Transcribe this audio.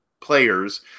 players